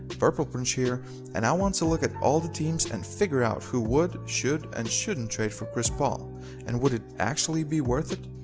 prplprnch here and i want to look at all the teams and figure out who would, should and shouldn't trade for chris paul and would it actually be worth it?